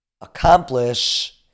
accomplish